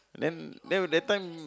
then then that time